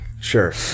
sure